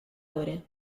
ore